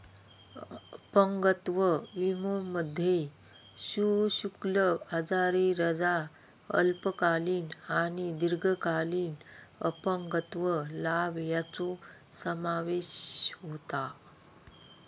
अपंगत्व विमोमध्ये सशुल्क आजारी रजा, अल्पकालीन आणि दीर्घकालीन अपंगत्व लाभ यांचो समावेश होता